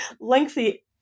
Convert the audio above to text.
lengthy